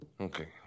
Okay